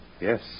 Yes